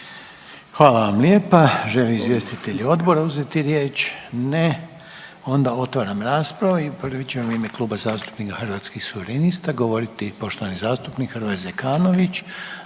Hvala vam lijepa. Žele li izvjestitelji odbora uzeti riječ? Ne, onda otvaram raspravu i prvi će u ime Kluba zastupnika Hrvatskih suverenista govoriti poštovani zastupnik Hrvoje Zekanović.